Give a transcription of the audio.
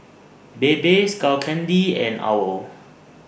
Bebe Skull Candy and OWL